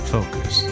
Focus